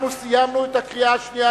אנחנו סיימנו את הקריאה השנייה.